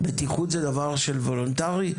בטיחות היא דבר וולונטרי?